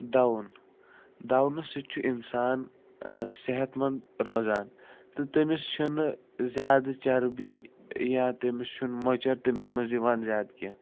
دَوُن دَونہٕ سۭتۍ چھُ اِنسان صحت منٛد روزان تہٕ تٔمِس چھِنہٕ زیادٕ چربی یا تٔمِس چھُنہٕ مۄچَر تٔمِس منٛز یِوان زیادٕ کیٚنٛہہ